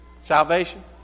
salvation